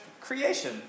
creation